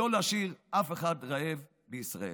לא להשאיר אף אחד רעב בישראל.